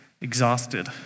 exhausted